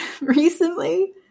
recently